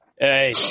Hey